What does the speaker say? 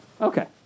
Okay